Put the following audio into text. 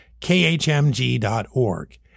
khmg.org